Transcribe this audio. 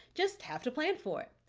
just have to plan for it.